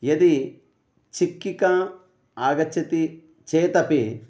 यदि छिक्किका आगच्छति चेतपि